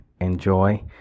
enjoy